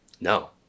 no